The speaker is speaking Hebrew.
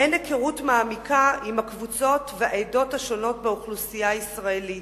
אין היכרות מעמיקה עם הקבוצות והעדות השונות באוכלוסייה הישראלית.